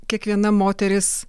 kiekviena moteris